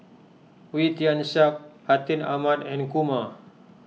Wee Tian Siak Atin Amat and Kumar